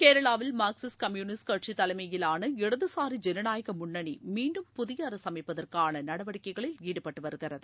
கேரளாவில் Marxist communist கட்சி தலைமையிலான இடதுசாரி ஜனநாயக முன்னணி மீண்டும் புதிய அரசு அமைப்பதற்கான நடவடிக்கைளில் ஈடுபட்டு வருகிறது